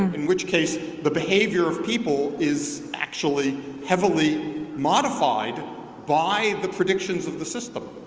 um in which case the behavior of people is actually heavily modified by the predictions of the system,